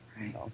Right